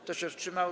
Kto się wstrzymał?